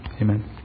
Amen